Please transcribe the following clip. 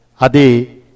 Adi